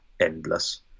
endless